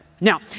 Now